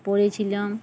পড়েছিলাম